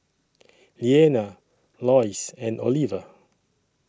Leana Loyce and Oliva